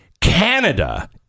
Canada